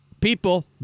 people